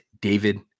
David